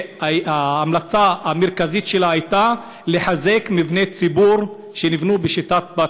וההמלצה המרכזית שלה הייתה לחזק מבני ציבור שנבנו בשיטת פל-קל.